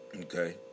Okay